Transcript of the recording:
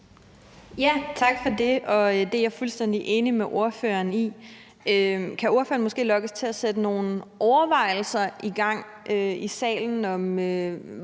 Tak for det. Det er jeg fuldstændig enig med ordføreren i. Kan ordføreren måske lokkes til at sætte nogle overvejelser i gang i salen om,